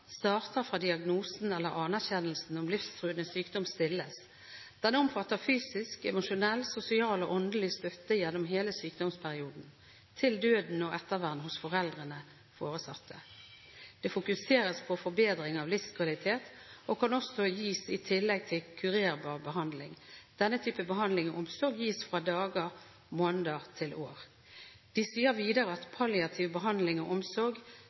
starter fra diagnosen eller anerkjennelsen om livstruende sykdom , stilles. Den omfatter fysisk, emosjonell, sosial og åndelig støtte gjennom hele sykdomsperioden, til døden og ettervern hos foreldrene/foresatte . Det fokuseres på forbedring av livskvalitet og kan også gis i tillegg til kurerbar behandling. Denne type behandling og omsorg gis fra dager, måneder til år.» De sier videre: «Palliativ behandling og omsorg